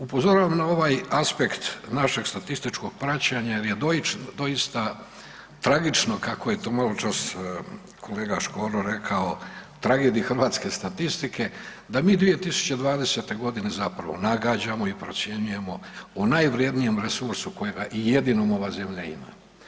Upozoravam na ovaj aspekt našeg statističkog praćenja jer je doista tragično kako je to maločas kolega Škoro rekao tragedija Hrvatske statistike da mi 2020. godine zapravo nagađamo i procjenjujemo o najvrijednijem resursu kojega i jedinom ova zemlja ima.